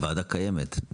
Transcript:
הוועדה קיימת,